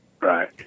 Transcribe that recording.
Right